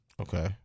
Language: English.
Okay